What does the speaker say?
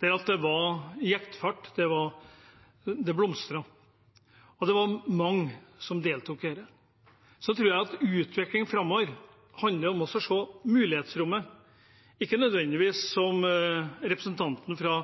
Det var jektfart, det blomstret, og det var mange som deltok. Jeg tror at utviklingen framover handler om å se mulighetsrommet, ikke nødvendigvis som representanten fra